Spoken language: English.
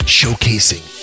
showcasing